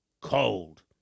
cold